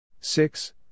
Six